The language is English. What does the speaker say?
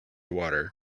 water